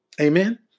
Amen